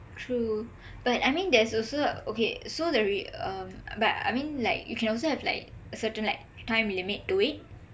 true but I mean there's also okay so the re~ uh but I mean like you can also have like certain like time limit to it